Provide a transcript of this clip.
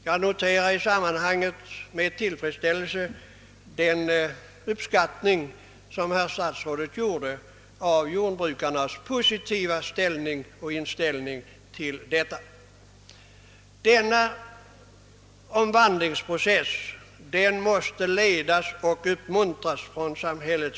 Jag noterar i sammanhanget med tillfredsställelse den uppskattning som herr statsrådet visade beträffande jordbrukarnas positiva inställning. Denna omvandlingsprocess måste ledas och uppmuntras av samhället.